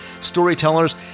storytellers